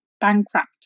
bankrupt